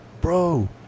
bro